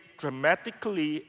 dramatically